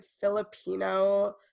Filipino